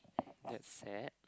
is that sad